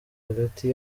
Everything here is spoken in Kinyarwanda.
hagati